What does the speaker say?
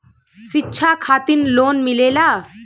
शिक्षा खातिन लोन मिलेला?